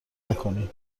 نکنی